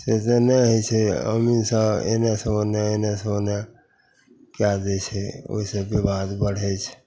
से जे नहि होइ छै अमीनसभ एन्नेसे ओन्ने एन्नेसे ओन्ने कै दै छै ओहिसे विवाद बढ़ै छै